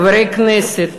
חברי הכנסת,